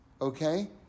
Okay